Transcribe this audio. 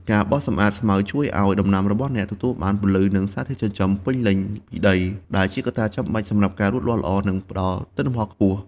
ការបោសសម្អាតស្មៅជួយឱ្យដំណាំរបស់អ្នកទទួលបានពន្លឺ និងសារធាតុចិញ្ចឹមពេញលេញពីដី ដែលជាកត្តាចាំបាច់សម្រាប់ការលូតលាស់ល្អ និងផ្តល់ទិន្នផលខ្ពស់។